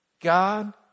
God